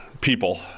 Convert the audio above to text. people